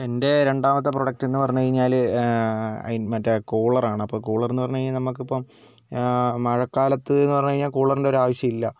എൻറെ രണ്ടാമത്തെ പ്രോഡക്റ്റ് എന്ന് പറഞ്ഞുകഴിഞ്ഞാൽ മറ്റേ കൂളർ ആണ് അപ്പോൾ കൂളർ എന്ന് പറഞ്ഞുകഴിഞ്ഞാൽ നമുക്കിപ്പോൾ മഴക്കാലത്ത് എന്ന് പറഞ്ഞുകഴിഞ്ഞാൽ കൂളറിന്റെ ഒരാവശ്യമില്ല